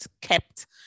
kept